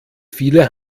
viele